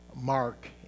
mark